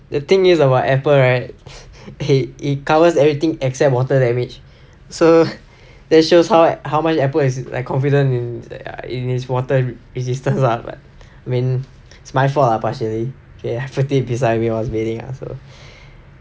the thing is about apple right it covers everything except water damage so this shows how how much apple is like confidence in that in it's water resistant lah but I mean it's my fault lah partially K I put it beside me while I was bathing lah so